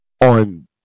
on